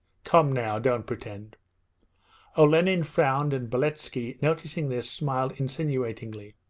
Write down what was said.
come now, don't pretend' olenin frowned, and beletski noticing this smiled insinuatingly.